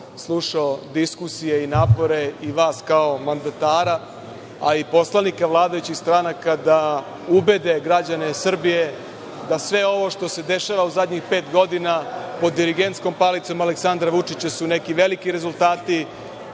slušao diskusije i napore i vas kao mandatara, a i poslanika vladajućih stranaka da ubede građane Srbije da sve ovo što se dešava u zadnjih pet godina pod dirigentskom palicom Aleksandra Vučića su neki veliki rezultati,